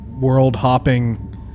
world-hopping